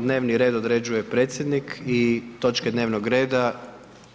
Dnevni red određuje predsjednik i točke dnevnog reda